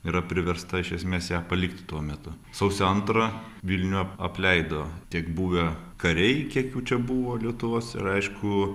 yra priversta iš esmės ją palikti tuo metu sausio antrą vilnių apleido tiek buvę kariai kiek jų čia buvo lietuvos ir aišku